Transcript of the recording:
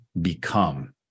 become